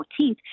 14th